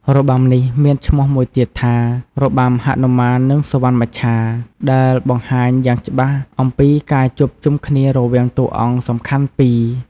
របាំនេះមានឈ្មោះមួយទៀតថា របាំហនុមាននិងសុវណ្ណមច្ឆា ដែលបង្ហាញយ៉ាងច្បាស់អំពីការជួបជុំគ្នារវាងតួអង្គសំខាន់ពីរ។